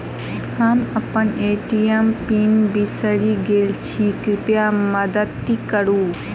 हम अप्पन ATM pin बिसरि गेल छी कृपया मददि करू